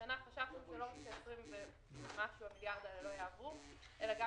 השנה חששנו שלא רק שכ-20 מיליארד האלו לא יעברו אלא גם